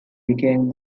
became